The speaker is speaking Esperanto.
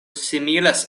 similas